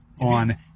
on